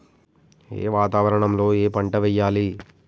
ఏ వాతావరణం లో ఏ పంట వెయ్యాలి?